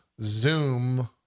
Zoom